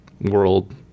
world